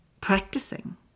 practicing